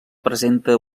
presenta